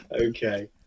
Okay